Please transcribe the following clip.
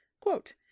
Quote